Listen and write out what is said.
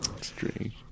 strange